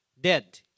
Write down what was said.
Dead